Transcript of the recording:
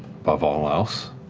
above all else.